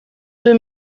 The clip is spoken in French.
deux